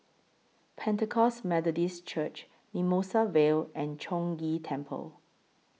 Pentecost Methodist Church Mimosa Vale and Chong Ghee Temple